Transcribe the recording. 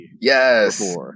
Yes